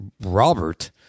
Robert